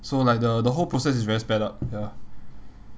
so like the the whole process is very sped up ya